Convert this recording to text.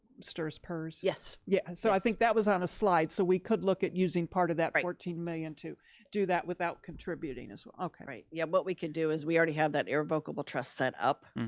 strs pers? yes. yeah, so i think that was on a slide so we could look at using part of that fourteen million to do that without contributing as well, okay. right, yeah what we can do is we already have that irrevocable trust set up.